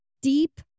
deep